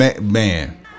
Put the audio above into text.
Man